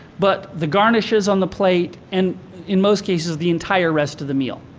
but the garnishes on the plate and in most cases, the entire rest of the meal.